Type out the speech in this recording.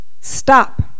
Stop